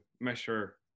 measure